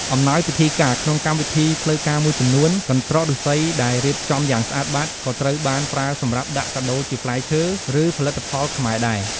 អំណោយពិធីការ ក្នុងកម្មវិធីផ្លូវការមួយចំនួន កន្ត្រកឫស្សីដែលរៀបចំយ៉ាងស្អាតបាត ក៏ត្រូវបានប្រើសម្រាប់ដាក់កាដូរជាផ្លែឈើ ឬផលិតផលខ្មែរដែរ។